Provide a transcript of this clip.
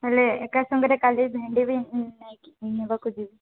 ହେଲେ ଏକା ସାଙ୍ଗରେ କାଲି ଭେଣ୍ଡି ବି ନେଇକି ନେବାକୁ ଯିବି